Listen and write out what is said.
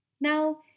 Now